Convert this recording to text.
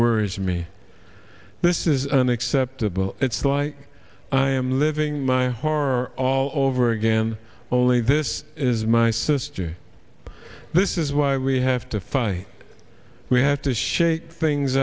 worries me this is unacceptable it's like i am living my horror all over again only this is my sister this is why we have to fight we have to shake things